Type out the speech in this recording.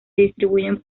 distribuyen